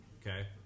Okay